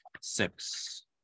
six